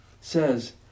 says